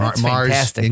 Mars